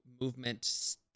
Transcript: movement